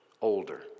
older